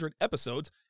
episodes